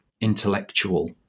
intellectual